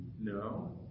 No